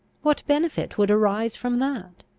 what benefit would arise from that?